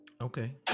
Okay